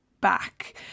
back